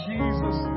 Jesus